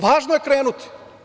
Važno je krenuti.